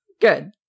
Good